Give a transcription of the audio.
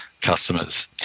customers